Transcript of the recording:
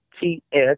T-S